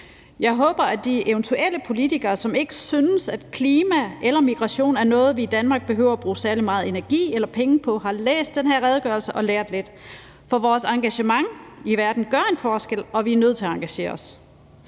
Jeg håber, at de politikere, som eventuelt ikke synes, at klima eller migration er noget, vi i Danmark behøver at bruge særlig meget energi eller penge på, har læst den her redegørelse og lært lidt. For vores engagement i verden gør en forskel, og vi er nødt til at engagere os.